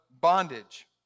bondage